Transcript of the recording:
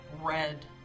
red